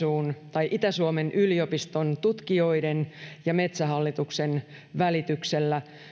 itä suomen yliopiston tutkijoiden ja metsähallituksen välityksellä